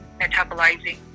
metabolizing